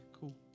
cool